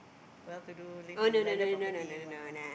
well to do live in landed property bungalow